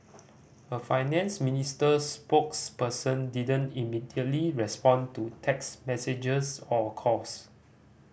a finance ministry spokesperson didn't immediately respond to text messages or calls